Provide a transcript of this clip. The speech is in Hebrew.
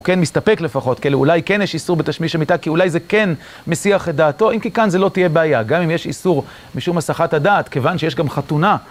הוא כן מסתפק לפחות, כאילו אולי כן יש איסור בתשמיש המיטה, כי אולי זה כן מסיח את דעתו, אם כי כאן זה לא תהיה בעיה, גם אם יש איסור משום הסחת הדעת, כיוון שיש גם חתונה.